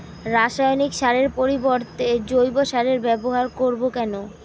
রাসায়নিক সারের পরিবর্তে জৈব সারের ব্যবহার করব কেন?